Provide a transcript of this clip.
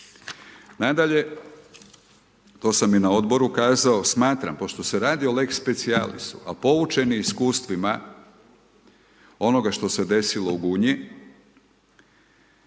Nadalje, to sam i na odboru kazao, smatram pošto se radi o lex specialisu a poučen iskustvima onoga što se desilo u Gunji,